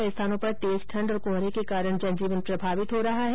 कई स्थानों पर तेज ठण्ड और कोहरे के कारण जनजीवन प्रभावित हो रहा है